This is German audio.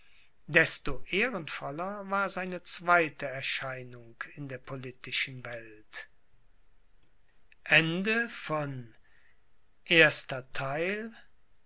desto ehrenvoller war seine zweite erscheinung in der politischen welt